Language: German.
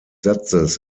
satzes